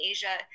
Asia